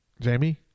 Jamie